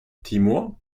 timor